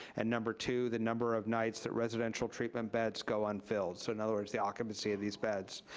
and number two, the number of nights that residential treatment beds go unfilled, so in other words, the occupancy of these beds.